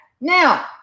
now